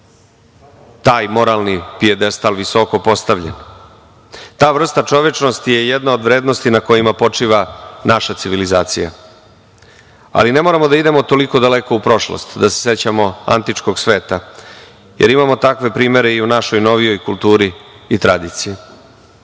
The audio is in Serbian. taj moralni pijedestal visoko postavljen. Ta vrsta čovečnosti je jedna od vrednosti na kojima počiva naša civilizacija, ali ne moramo da idemo toliko daleko u prošlost, da se sećamo antičkog sveta, jer imamo takve primere i u našoj novijoj kulturi i tradiciji. Redovi